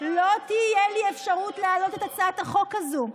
לא תהיה לי אפשרות להעלות את הצעת החוק הזאת.